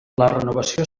renovació